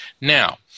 Now